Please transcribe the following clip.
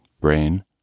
brain